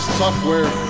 software